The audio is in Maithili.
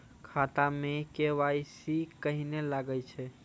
खाता मे के.वाई.सी कहिने लगय छै?